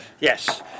Yes